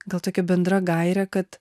gal tokia bendra gaire kad